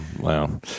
Wow